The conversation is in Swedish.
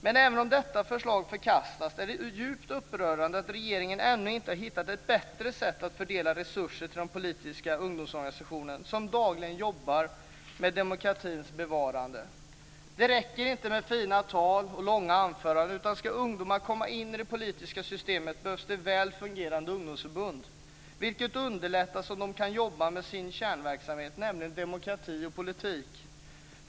Men även om detta förslag förkastas är det djupt upprörande att regeringen ännu inte har hittat ett bättre sätt att fördela resurser till de politiska ungdomsorganisationerna som dagligen jobbar med demokratins bevarande. Det räcker inte med fina tal och långa anföranden. Ska ungdomar komma in i det politiska systemet behövs det väl fungerande ungdomsförbund. Detta underlättas om de kan jobba med sin kärnverksamhet, nämligen demokrati och politik.